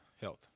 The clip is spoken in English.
health